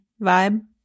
vibe